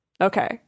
Okay